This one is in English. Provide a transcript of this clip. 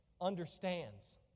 understands